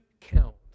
count